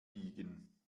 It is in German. biegen